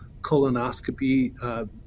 colonoscopy